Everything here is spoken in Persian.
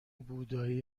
بودایی